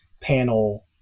panel